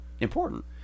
important